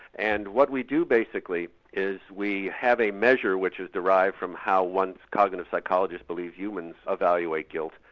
and what we do basically is we have a measure which is derived from how once cognitive psychologists believed humans evaluate guilt,